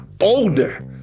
older